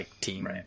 team